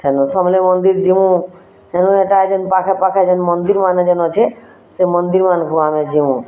ଫେରିଲେ ସମଲେଇ ମନ୍ଦିର୍ ଯିବୁ ଫିର୍ ତାର୍ ଯେନ୍ ପାଖ ପାଖ ମନ୍ଦିର୍ମାନ୍ ଯେନ୍ ଅଛେଁ ସେ ମନ୍ଦିର୍ମାନଙ୍କୁ ଆମେ ଯିବୁଁ